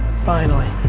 finally.